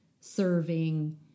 serving